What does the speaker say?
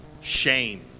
shame